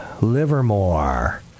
Livermore